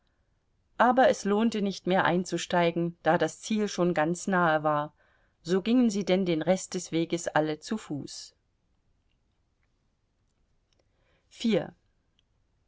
aber es lohnte nicht mehr einzusteigen da das ziel schon ganz nahe war so gingen sie denn den rest des weges alle zu fuß